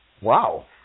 Wow